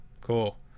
cool